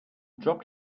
dropped